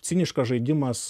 ciniškas žaidimas